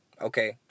okay